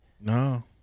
No